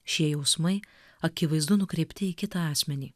šie jausmai akivaizdu nukreipti į kitą asmenį